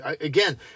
Again